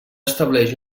estableix